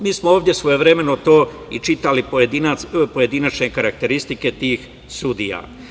Mi smo ovde svojevremeno to i čitali, pojedinačne karakteristike tih sudija.